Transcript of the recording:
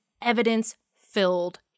evidence-filled